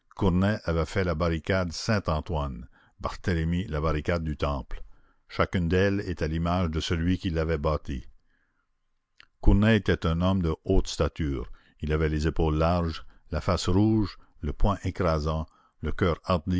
avait fait la barricade saint-antoine barthélemy la barricade du temple chacune d'elles était l'image de celui qui l'avait bâtie cournet était un homme de haute stature il avait les épaules larges la face rouge le poing écrasant le coeur